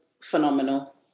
phenomenal